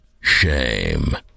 Shame